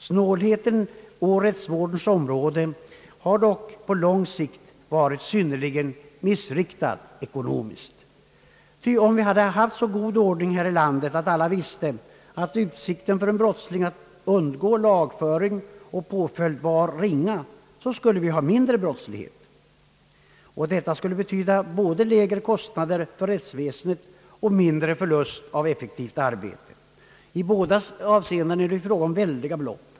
Snålheten på rättsvårdens område har dock ekonomiskt på lång sikt varit synnerligen missriktad, ty om vi hade haft så god ordning här i landet att alla visste att utsikten för en brottsling att ungå lagföring och påföljd var ringa, så skulle vi ha haft mindre brottslighet. Detta skulle betyda både lägre kostnader för rättsväsendet och mindre förlust av effektivt arbete. I båda avseendena är det fråga om väldiga belopp.